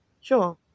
sure